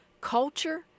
Culture